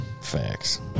Facts